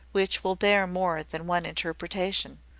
which will bear more than one interpretation.